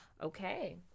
Okay